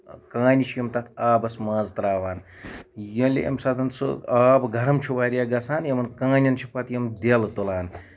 کانہِ چھِ یِم تَتھ آبَس منٛز تراوان ییٚلہِ ییٚمہِ ساتَن سُہ آب گَرُم چھُ واریاہ گژھان یِمن کانین چھِ پَتہٕ یِم دیل تُلان